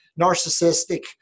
narcissistic